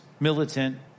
Militant